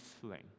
sling